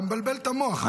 אתה מבלבל את המוח.